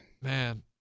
man